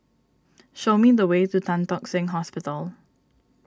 show me the way to Tan Tock Seng Hospital